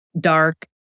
dark